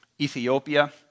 Ethiopia